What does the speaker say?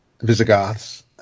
Visigoths